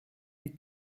est